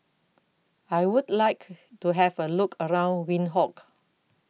I Would like to Have A Look around Windhoek